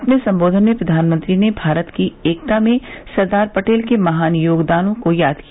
अपने संबोधन में प्रधानमंत्री ने भारत की एकता में सरदार पटेल के महान योगदान को याद किया